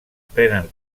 prenen